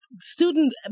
Student